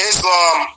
Islam